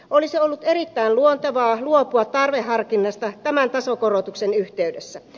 olisi ollut erittäin luontevaa luopua tarveharkinnasta tämän tasokorotuksen yhteydessä